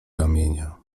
ramienia